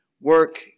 work